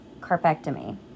carpectomy